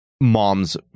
Mom's